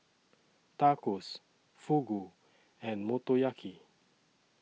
Tacos Fugu and Motoyaki